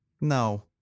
No